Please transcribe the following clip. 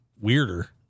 weirder